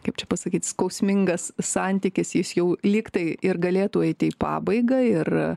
kaip čia pasakyt skausmingas santykis jis jau lyg tai ir galėtų eit į pabaigą ir